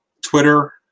Twitter